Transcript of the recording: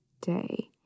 day